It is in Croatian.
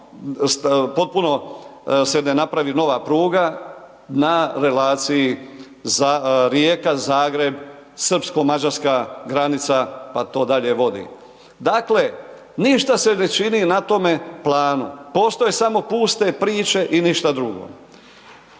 potpuno se ne napravi nova pruga na relaciji Rijeka-Zagreb-srpsko-mađarska granica pa to dalje vodi. Dakle, ništa se ne čini na tome planu. Postoje samo puste priče i ništa drugo.